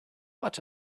but